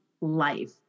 life